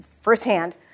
firsthand